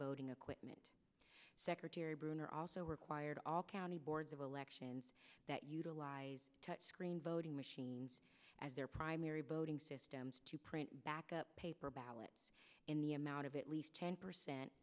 voting equipment secretary bruner also required all county boards of elections that utilize touch screen voting machines as their primary voting systems to print backup paper ballots in the amount of it least ten percent